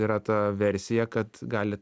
yra ta versija kad gali